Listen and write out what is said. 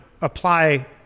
apply